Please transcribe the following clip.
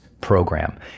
Program